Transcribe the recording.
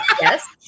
Yes